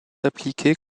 appliquée